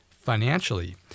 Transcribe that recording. financially